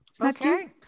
Okay